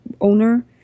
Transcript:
owner